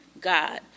God